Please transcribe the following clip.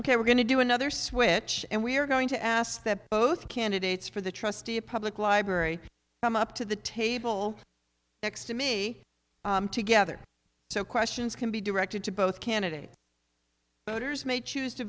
ok we're going to do another switch and we're going to ask that both candidates for the trustee of public library come up to the table next to me together so questions can be directed to both candidates may choose to